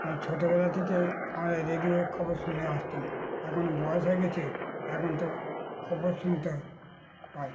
কারণ ছোটবেলা থেকে আমরা রেডিওয় খবর শুনে আসতাম এখন বয়স হয়ে গিয়েছে এখন তো খবর শুনতে হয়